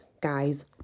guys